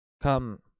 come